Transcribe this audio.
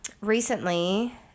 recently